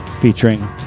featuring